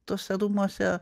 tuose rūmuose